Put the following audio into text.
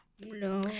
No